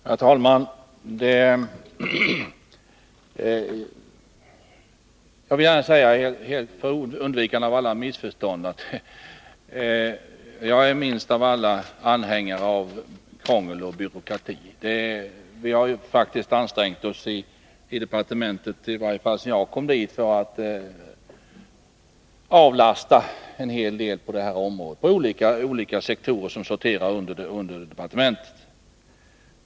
Herr talman! Jag vill gärna säga, för undvikande av alla missförstånd, att jag är minst av alla anhängare av krångel och byråkrati. Vi har faktiskt ansträngt oss i departementet, i varje fall sedan jag kom dit, för att avlasta en hel del på det här området, och det gäller olika sektorer som sorterar under departementet.